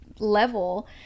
Level